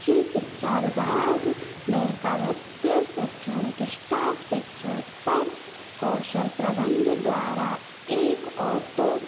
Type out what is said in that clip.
उच्च शिक्षा विभाग में करेक्टर शिक्षण स्टाफ शिक्षकेत्तर कौशल प्रबन्ध द्वारा एक ऑटो